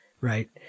right